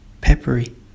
peppery